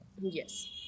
Yes